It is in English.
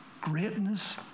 greatness